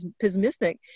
pessimistic